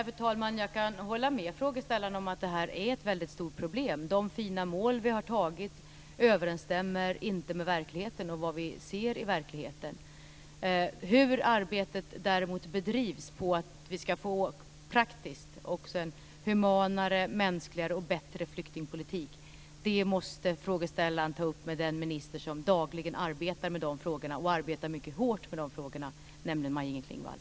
Fru talman! Jag kan hålla med frågeställaren om att det här är ett väldigt stort problem. De fina mål vi har tagit överensstämmer inte med verkligheten och vad vi ser i verkligheten. Däremot hur arbetet för att vi också praktiskt ska få en humanare, mänskligare och bättre flyktingpolitik måste frågeställaren ta upp med den minister som dagligen arbetar mycket hårt med de frågorna, nämligen Maj-Inger Klingvall.